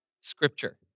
Scripture